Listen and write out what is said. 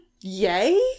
Yay